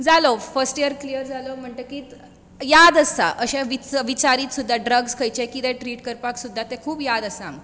जालो first year clear जालो म्हणटकीत याद आसा अशें विचारीत सुद्धा ड्रग्ज खंयचे कितें ट्रिट करपाक सुद्धा याद आसा आमकां